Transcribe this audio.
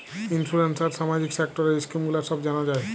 insurance আর সামাজিক সেক্টরের স্কিম গুলো সব জানা যায়